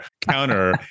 counter